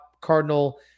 Cardinal